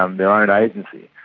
um their own and agency,